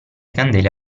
candele